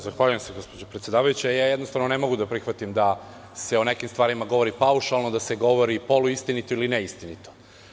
Zahvaljujem se gospođo predsedavajuća, jednostavno ne mogu da prihvatim da se o nekim stvarima govori paušalno, da se govori poluistinito, ili neistinito.